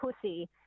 pussy